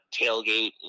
tailgate